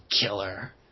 killer